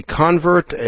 convert